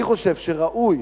אני חושב שראוי